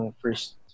first